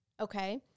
Okay